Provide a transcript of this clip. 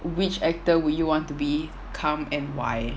which actor will you want to become and why